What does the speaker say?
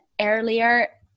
earlier